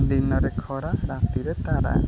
ଦିନରେ ଖରା ରାତିରେ ତାରା